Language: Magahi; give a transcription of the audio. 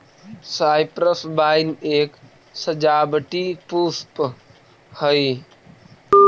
साइप्रस वाइन एक सजावटी पुष्प हई